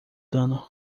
dano